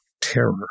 terror